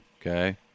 Okay